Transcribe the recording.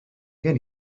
gen